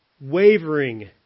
wavering